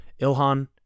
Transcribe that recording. Ilhan